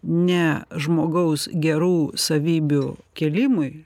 ne žmogaus gerų savybių kėlimui